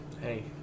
Hey